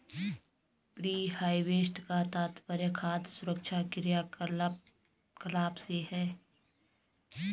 pre harvest का तात्पर्य खाद्य सुरक्षा क्रियाकलाप से है